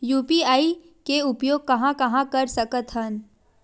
UPI के उपयोग कहां कहा कर सकत हन?